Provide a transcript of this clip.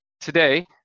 Today